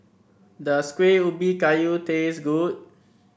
does Kueh Ubi Kayu taste good